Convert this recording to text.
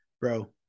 bro